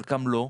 חלקם לא,